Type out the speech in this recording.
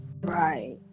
Right